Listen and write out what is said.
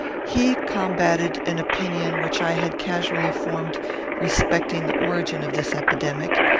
he combated an opinion which i had casually formed respecting the origin of this epidemic,